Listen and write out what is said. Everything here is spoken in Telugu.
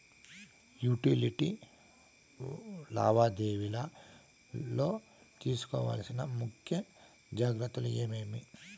యుటిలిటీ లావాదేవీల లో తీసుకోవాల్సిన ముఖ్య జాగ్రత్తలు ఏమేమి?